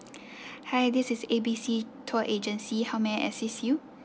hi this is A_B_C tour agency how may I assist you